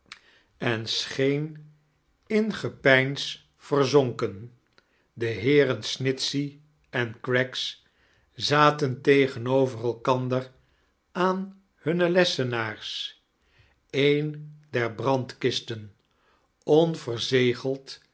en scheen in gepeins chakles dickens verzonken de heenen snitehey en craggs zaten tegenover lkander aan hunine lesseinaars een der brandkisten